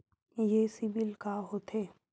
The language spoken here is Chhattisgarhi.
ये सीबिल का होथे?